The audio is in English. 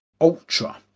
Ultra